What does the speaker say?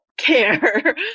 Care